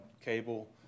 cable